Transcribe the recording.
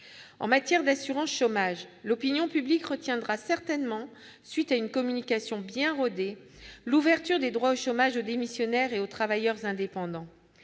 En matière d'assurance chômage, l'opinion publique retiendra certainement, à la suite d'une communication bien rodée, l'ouverture des droits au chômage aux démissionnaires et aux travailleurs indépendants.